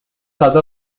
تازه